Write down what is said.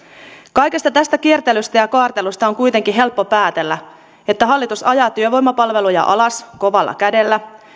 kaikesta tästä kiertelystä ja kaartelusta on kuitenkin helppo päätellä että hallitus ajaa työvoimapalveluja alas kovalla kädellä